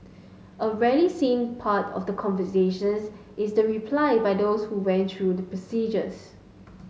a rarely seen part of the conversations is the replies by those who went through the procedures